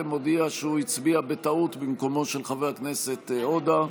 הודיע שהוא הצביע בטעות במקומו של חבר הכנסת עודה.